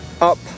up